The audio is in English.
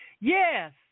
Yes